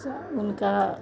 सब उनका